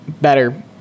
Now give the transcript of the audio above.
better